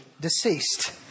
deceased